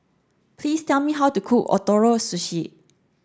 please tell me how to cook Ootoro Sushi